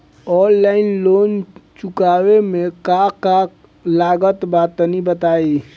Online loan चुकावे म का का लागत बा तनि बताई?